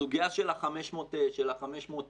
הסוגיה של ה-500 מיליון,